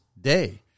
day